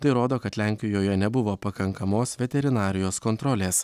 tai rodo kad lenkijoje nebuvo pakankamos veterinarijos kontrolės